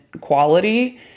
quality